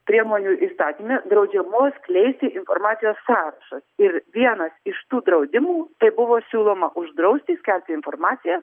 priemonių įstatyme draudžiamos skleisti informacijos sąrašas ir vienas iš tų draudimų tai buvo siūloma uždrausti skelbti informaciją